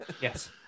Yes